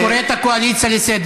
אני קורא את הקואליציה לסדר.